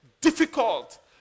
difficult